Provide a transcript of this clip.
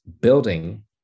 building